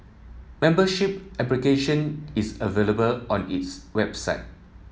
membership application is available on its website